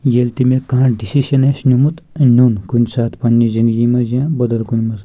ییٚلہِ تہِ مےٚ کانٛہہ ڈِسِشَن آسہِ نِمُت نیُن کُنہِ ساتہٕ پنٛنہِ زِندگی منٛز یاں بَدَل کُنہِ مَنٛز